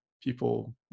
people